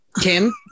kim